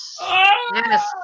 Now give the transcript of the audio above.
Yes